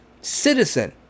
citizen